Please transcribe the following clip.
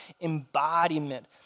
embodiment